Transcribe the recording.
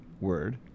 word